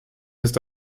ist